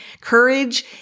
Courage